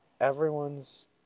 everyone's